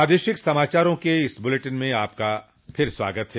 प्रादेशिक समाचारों के इस बुलेटिन में आपका फिर से स्वागत है